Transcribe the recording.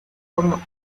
como